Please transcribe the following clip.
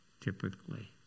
typically